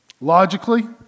Logically